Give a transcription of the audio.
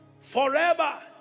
Forever